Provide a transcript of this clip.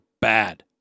bad